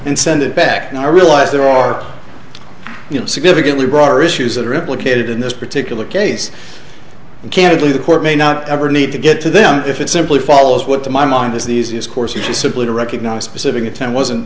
and send it back now i realize there are you know significantly broader issues that are implicated in this particular case and candidly the court may not ever need to get to them if it simply follows what to my mind is the easiest course which is simply to recognize specific intent wasn't